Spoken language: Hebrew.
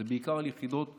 זה בעיקר על יחידות מיוחדות: